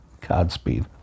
Godspeed